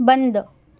बंद